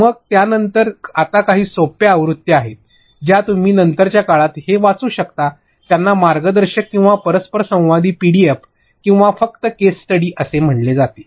मग त्यानंतर आता काही सोप्या आवृत्त्या आहेत ज्या तुम्ही नंतरच्या काळात हे वाचू शकता त्यांना मार्गदर्शक किंवा परस्परसंवादी पीडीएफ किंवा फक्त केस स्टडी असे म्हटले जाते